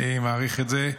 אני מעריך את זה.